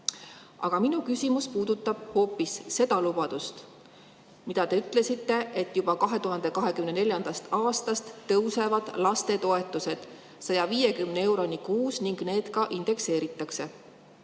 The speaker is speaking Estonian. Aga minu küsimus puudutab hoopis seda lubadust, et te ütlesite, et juba 2024. aastast tõusevad lapsetoetused 150 euroni kuus ning need ka indekseeritakse.